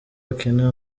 hakenewe